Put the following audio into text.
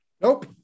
Nope